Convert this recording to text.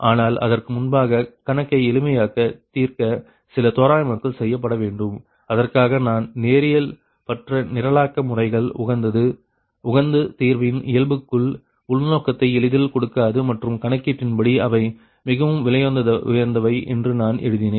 ஆனால் அதற்கு முன்பாக கணக்கை எளிமையாக தீர்க்க சில தோராயமாக்கல் செய்யப்பட வேண்டும் அதற்காக தான் நேரியல்பற்ற நிரலாக்க முறைகள் உகந்து தீர்வின் இயல்புக்குள் உள்நோக்கத்தை எளிதில் கொடுக்காது மற்றும் கணக்கீட்டின்படி அவை மிகவும் விலையுயர்ந்தவை என்று நான் எழுதினேன்